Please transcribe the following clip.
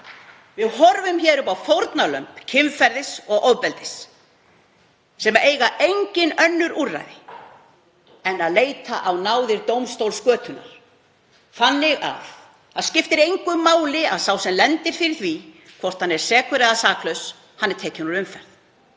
Við horfum upp á fórnarlömb kynferðis og ofbeldis sem eiga engin önnur úrræði en að leita á náðir dómstóls götunnar þannig að það skiptir engu máli að sá sem lendir fyrir því, hvort hann er sekur eða saklaus, er tekinn úr umferð.